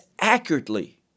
accurately